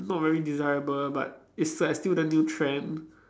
not very desirable but it's like still the new trend